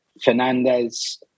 Fernandez